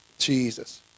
Jesus